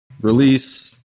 release